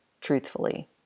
Truthfully